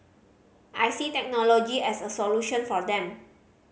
I see technology as a solution for them